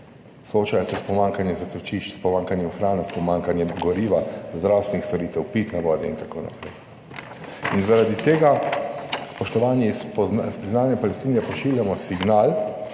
Soočajo se s pomanjkanjem zatočišč, s pomanjkanjem hrane, s pomanjkanjem goriva, zdravstvenih storitev, pitne vode in tako naprej in zaradi tega, spoštovani, s priznanjem Palestine pošiljamo signal